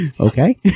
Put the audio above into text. okay